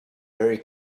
very